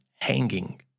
hanging